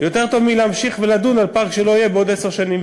יותר טוב מאשר להמשיך לדון על פארק שלא יהיה בעוד עשר שנים.